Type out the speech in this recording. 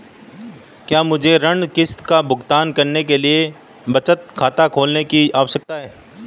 क्या मुझे ऋण किश्त का भुगतान करने के लिए बचत खाता खोलने की आवश्यकता है?